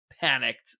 panicked